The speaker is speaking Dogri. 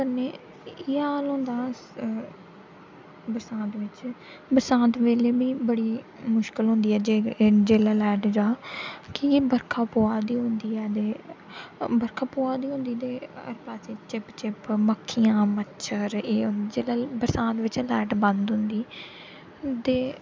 कन्नै इ'यै हाल होंदा बरसांत बिच बरसांत बेल्लै में बड़ी मुश्कल होंदी जे जेल्लै लाइट जा कि बरखा प'वै दी होंदी ऐ ते बरखा प'वै दी होंदी ते आस्से पास्से चिप चिप मक्खियां मच्छर एह् जेल्लै बरसांत बिच लाइट बंद होंदी ते